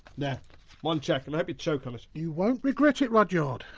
yeah one cheque and i hope you choke on it. you won't regret it, rudyard.